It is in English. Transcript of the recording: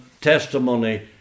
testimony